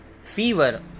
fever